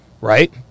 right